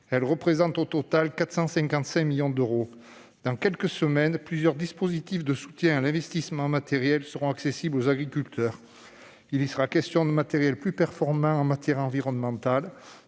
représentent au total 455 millions d'euros. Dans quelques semaines, plusieurs dispositifs de soutien à l'investissement matériel seront accessibles aux agriculteurs : aide à l'acquisition de matériel plus performant en matière environnementale,